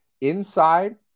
Inside